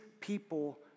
people